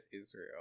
Israel